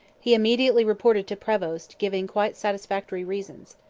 he immediately reported to prevost, giving quite satisfactory reasons.